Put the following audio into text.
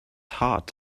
heart